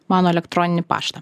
mano elektroninį paštą